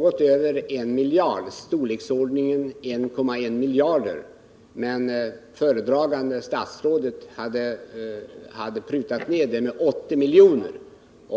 var i storleksordningen 1,1 miljarder kronor, men föredragande statsrådet hade prutat ned det med 80 milj.kr.